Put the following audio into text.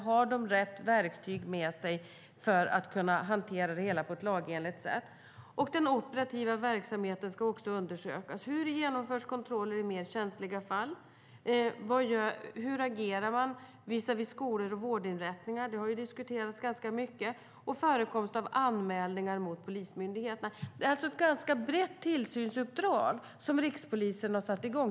Har de rätt verktyg med sig för att kunna hantera det hela på ett lagenligt sätt? Den operativa verksamheten ska också undersökas. Hur genomförs kontroller i mer känsliga fall? Hur agerar man visavi skolor och vårdinrättningar? Det har ju diskuterats ganska mycket. Även förekomst av anmälningar mot polismyndigheterna ska undersökas. Det är alltså ett ganska brett tillsynsuppdrag som rikspolisen har satt i gång.